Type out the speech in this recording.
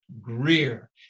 Greer